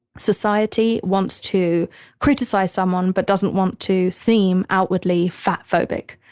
society wants to criticize someone but doesn't want to seem outwardly fat phobic.